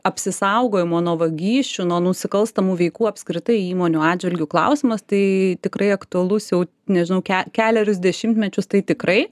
apsisaugojimo nuo vagysčių nuo nusikalstamų veikų apskritai įmonių atžvilgiu klausimas tai tikrai aktualus jau nežinau ke kelerius dešimtmečius tai tikrai